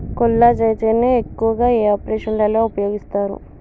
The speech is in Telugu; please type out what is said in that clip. కొల్లాజెజేని ను ఎక్కువగా ఏ ఆపరేషన్లలో ఉపయోగిస్తారు?